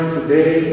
today